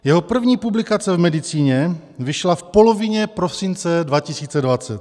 Jeho první publikace v medicíně vyšla v polovině prosince 2020.